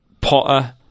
Potter